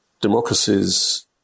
democracies